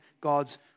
God's